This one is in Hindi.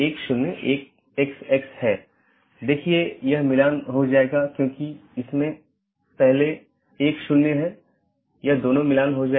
हालाँकि एक मल्टी होम AS को इस प्रकार कॉन्फ़िगर किया जाता है कि यह ट्रैफिक को आगे न बढ़ाए और पारगमन ट्रैफिक को आगे संचारित न करे